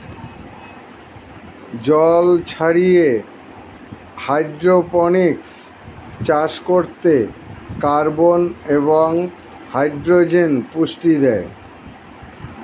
জল ছাড়িয়ে হাইড্রোপনিক্স চাষ করতে কার্বন এবং হাইড্রোজেন পুষ্টি দেয়